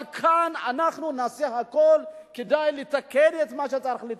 אבל כאן אנחנו נעשה הכול כדי לתקן את מה שצריך לתקן.